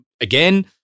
again